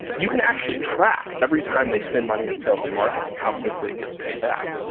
you can actually track every time they spend money on sales and marketing. how quickly it gets paid back.